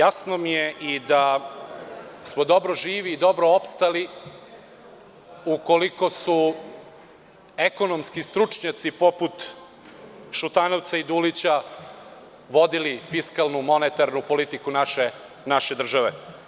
Jasno mi je da smo i dobro živi i dobro opstali ukoliko su ekonomski stručnjaci poput Šutanovca i Dulića vodili fiskalnu monetarnu politiku naše države.